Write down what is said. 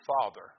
father